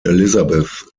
elizabeth